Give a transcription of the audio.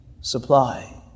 supply